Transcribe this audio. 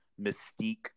mystique